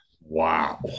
wow